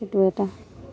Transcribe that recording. সেইটো এটা